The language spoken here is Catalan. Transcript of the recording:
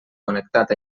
connectat